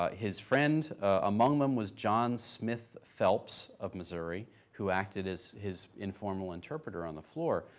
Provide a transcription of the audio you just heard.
ah his friend among them was john smith phelps of missouri, who acted as his informal interpreter on the floor.